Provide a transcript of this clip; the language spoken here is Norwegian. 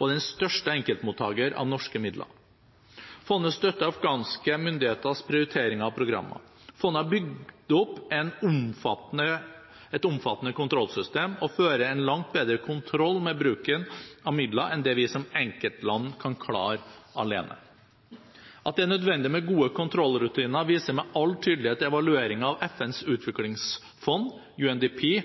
er den største enkeltmottaker av norske midler. Fondet støtter afghanske myndigheters prioriteringer og programmer. Fondet har bygget opp et omfattende kontrollsystem og fører en langt bedre kontroll med bruken av midlene enn det vi som enkeltland kan klare alene. At det er nødvendig med gode kontrollrutiner, viser med all tydelighet evalueringen av FNs utviklingsfond, UNDP.